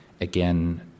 again